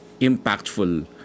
impactful